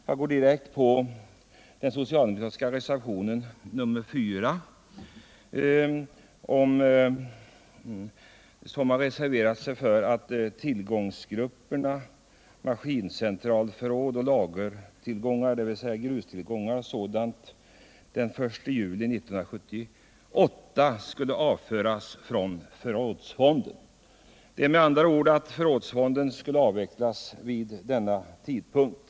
Jag går direkt på den socialdemokratiska reservationen 4, där man reserverat sig mot att tillgångsgrupperna maskincentralförråd och lagertillgångar, dvs. grustag o. d., den 1 juli 1978 skall avföras från förrådsfonden, att med andra ord förrådsfonden skulle avvecklas vid denna tidpunkt.